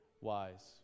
wise